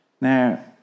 Now